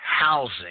housing